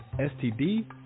STD